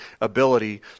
ability